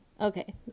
Okay